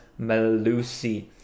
Malusi